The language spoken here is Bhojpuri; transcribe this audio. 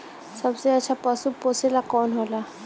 सबसे अच्छा पशु पोसेला कौन होला?